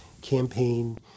campaign